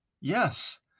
Yes